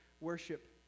worship